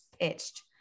pitched